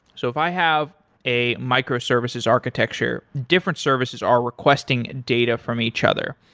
so if i have a micro services architecture, different services are requesting data from each other.